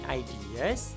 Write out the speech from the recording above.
ideas